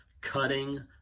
Cutting